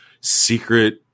secret